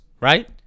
right